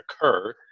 occur